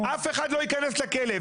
אף אחד לא ייכנס לכלא.